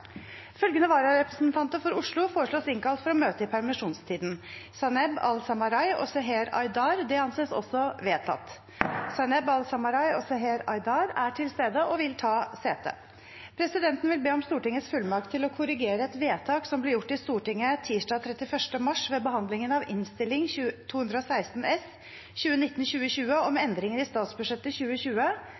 Følgende vararepresentanter for Oslo innkalles for å møte i permisjonstiden: Zaineb Al-Samarai og Seher Aydar . Zaineb Al-Samarai og Seher Aydar er til stede og vil ta sete. Presidenten vil be om Stortingets fullmakt til å korrigere et vedtak som ble gjort i Stortinget tirsdag 31. mars ved behandlingen av Innst. 216 S for 2019–2020, om endringer i statsbudsjettet 2020